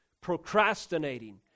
procrastinating